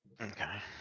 Okay